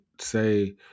say